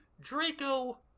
Draco